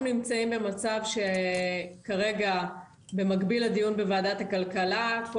אנחנו נמצאים במצב במקביל לוועדת הכלכלה שכל